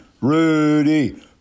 Rudy